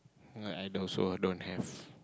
no I also don't have